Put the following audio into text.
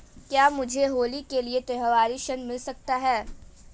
क्या मुझे होली के लिए त्यौहारी ऋण मिल सकता है?